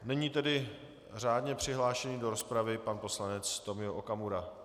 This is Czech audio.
Nyní tedy řádně přihlášený do rozpravy pan poslanec Tomio Okamura.